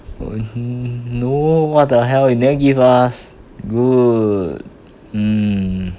no what the hell you never give us good um